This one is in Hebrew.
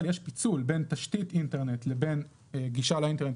יש פיצול בין תשתית אינטרנט לבין גישה לאינטרנט,